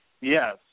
Yes